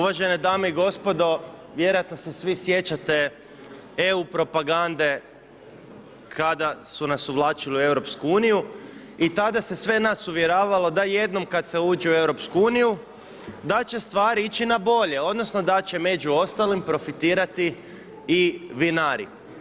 Uvažene dame i gospodo, vjerojatno se svi sjećate EU propagande kada su nas uvlačili u EU i tada se sve nas uvjeravalo, da jednom kada se uđe u EU da će stvari ići na bolje, odnosno, da će među ostalim profitirati i vinari.